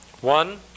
One